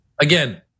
again